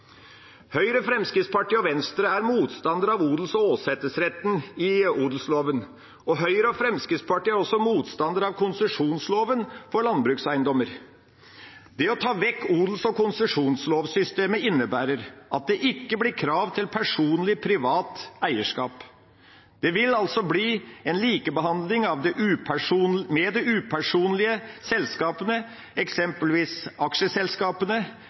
Høyre, Fremskrittspartiet og Venstre er motstandere av odels- og åsetesretten i odelsloven, og Høyre og Fremskrittspartiet er også motstandere av konsesjonsloven for landbrukseiendommer. Det å ta vekk odels- og konsesjonslovsystemet innebærer at det ikke blir krav til personlig privat eierskap. Det vil altså bli en likebehandling med de upersonlige selskapene, eksempelvis aksjeselskapene,